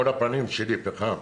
כל הפנים שלי היו פחם.